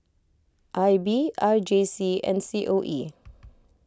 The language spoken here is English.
I B R J C and C O E